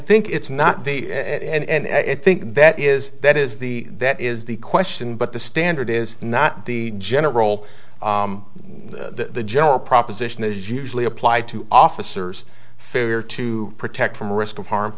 think it's not the end i think that is that is the that is the question but the standard is not the general the general proposition is usually applied to officers failure to protect from risk of harm